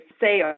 say